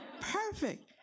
Perfect